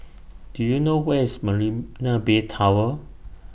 Do YOU know Where IS Marina Bay Tower